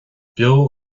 beo